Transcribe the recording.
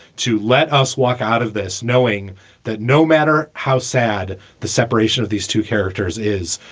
to let us walk out of this, knowing that no matter how sad the separation of these two characters is,